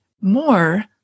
more